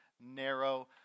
narrow